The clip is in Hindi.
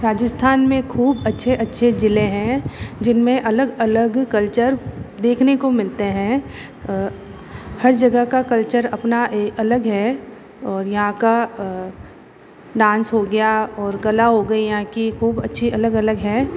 राजस्थान में ख़ूब अच्छे अच्छे ज़िले हैं जिन में अलग अलग कलचर देखने को मिलते हैं हर जगह का कलचर अपना अलग है और यहाँ का डांस हो गया और कला हो गई यहाँ की ख़ुूब अच्छी अलग अलग है